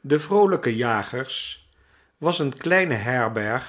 de vroolijke jagers was eene kleine herberg